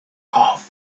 off